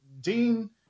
Dean